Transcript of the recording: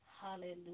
Hallelujah